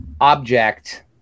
object